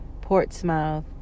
Portsmouth